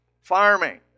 farming